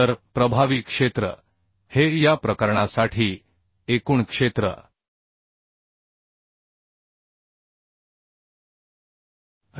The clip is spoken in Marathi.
तर प्रभावी क्षेत्र हे या प्रकरणासाठी एकूण क्षेत्र आहे